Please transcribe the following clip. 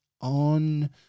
on